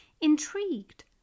Intrigued